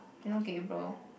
you know Gabriel